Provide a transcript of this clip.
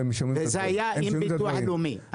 היה אמור להיות דיון עם הביטוח הלאומי.